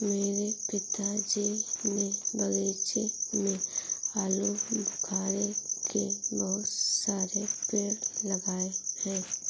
मेरे पिताजी ने बगीचे में आलूबुखारे के बहुत सारे पेड़ लगाए हैं